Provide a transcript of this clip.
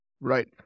Right